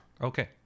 Okay